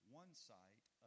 one-site